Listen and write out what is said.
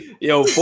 Yo